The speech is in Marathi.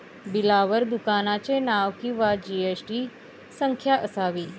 बिलावर दुकानाचे नाव किंवा जी.एस.टी संख्या असावी